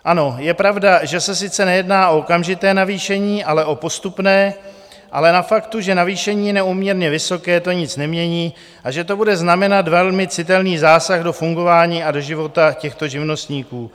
Ano, je pravda, že se sice nejedná o okamžité navýšení, ale o postupné, ale na faktu, že navýšení je neúměrně vysoké, to nic nemění, a že to bude znamenat velmi citelný zásah do fungování a do života těchto živnostníků.